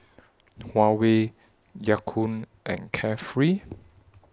Huawei Ya Kun and Carefree